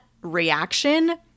reaction